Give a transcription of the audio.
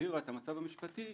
שהבהירה את המצב המשפטי,